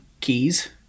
keys